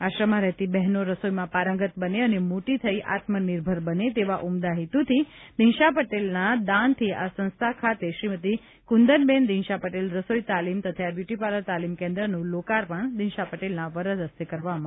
આશ્રમમાં રહેતી બહેનો રસોઈમાં પારંગત બને અને મોટી થઈ આત્મનિર્ભર બને તેવા ઉમદા હેતુથી દિનશા પટેલના દાનથી આ સંસ્થા ખાતે શ્રીમતી કુંદનબેન દિનશા પટેલ રસોઇ તાલીમ તથા બ્યુટીપાર્લર તાલીમ કેન્દ્રનું લોકાર્પણ દિનશા પટેલના વરદ હસ્તે કરવામાં આવ્યું હતું